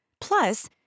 Plus